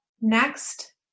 next